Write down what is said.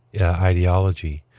ideology